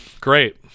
great